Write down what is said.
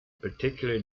particular